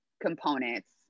components